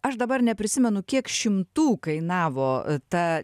aš dabar neprisimenu kiek šimtų kainavo ta